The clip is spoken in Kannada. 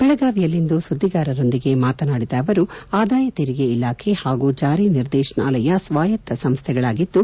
ಬೆಳಗಾವಿಯಲ್ಲಿಂದು ಸುದ್ದಿಗಾರರೊಂದಿಗೆ ಮಾತನಾಡಿದ ಅವರು ಆದಾಯ ತೆರಿಗೆ ಇಲಾಖೆ ಹಾಗೂ ಜಾರಿ ನಿರ್ದೇಶನಾಲಯ ಸ್ವಾಯತ್ತ ಸಂಸ್ವೆಗಳಾಗಿದ್ದು